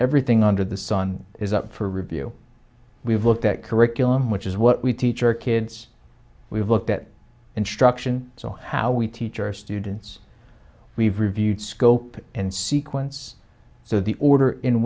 everything under the sun is up for review we've looked at curriculum which is what we teach our kids we've looked at instruction so how we teach our students we've reviewed scope and sequence so the order in